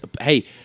hey